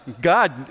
God